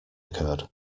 occurred